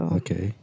okay